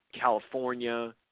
California